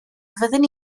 fydden